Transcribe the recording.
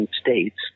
states